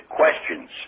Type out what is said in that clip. questions